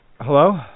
Hello